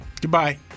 Goodbye